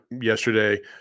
yesterday